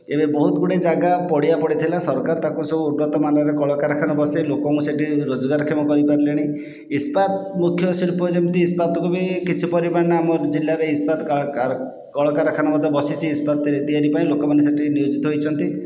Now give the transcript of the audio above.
ଏବେ ବହୁତ ଗୁଡ଼ିଏ ଜାଗା ପଡ଼ିଆ ପଡ଼ିଥିଲା ସରକାର ତାକୁ ସବୁ ଉନ୍ନତ କଳାକାରଖାନା ବସେଇ ଲୋକଙ୍କୁ ସେଇଠି ରୋଜଗାରକ୍ଷମ କରିପାରିଲେଣି ଇସ୍ପାତ ମୁଖ୍ୟ ଶିଳ୍ପ ଯେମିତି ଇସ୍ପାତକୁ ବି କିଛି ପରିମାଣରେ ଆମ ଜିଲ୍ଲାରେ କଳାକାରଖାନା ବି ବସିଛି ଇସ୍ପାତ ତିଆରି ପାଇଁ ଲୋକମାନେ ସେଇଠି ନିୟୋଜିତ ହୋଇଛନ୍ତି